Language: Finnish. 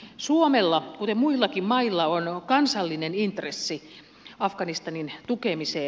suomella kuten muillakin mailla on kansallinen intressi afganistanin tukemiseen